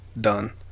done